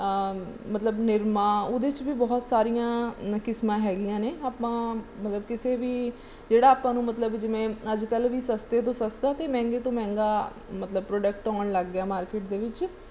ਮਤਲਬ ਨਿਰਮਾ ਉਹਦੇ 'ਚ ਵੀ ਬਹੁਤ ਸਾਰੀਆਂ ਕਿਸਮਾਂ ਹੈਗੀਆਂ ਨੇ ਆਪਾਂ ਮਤਲਬ ਕਿਸੇ ਵੀ ਜਿਹੜਾ ਆਪਾਂ ਨੂੰ ਮਤਲਬ ਜਿਵੇਂ ਅੱਜ ਕੱਲ੍ਹ ਵੀ ਸਸਤੇ ਤੋਂ ਸਸਤਾ ਅਤੇ ਮਹਿੰਗੇ ਤੋਂ ਮਹਿੰਗਾ ਮਤਲਬ ਪ੍ਰੋਡਕਟ ਆਉਣ ਲੱਗ ਗਿਆ ਮਾਰਕੀਟ ਦੇ ਵਿੱਚ